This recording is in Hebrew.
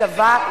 במידה שווה,